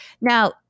Now